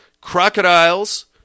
Crocodiles